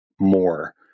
more